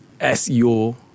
SEO